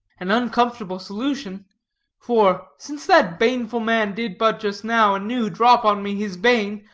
an uncomfortable solution for, since that baneful man did but just now anew drop on me his bane,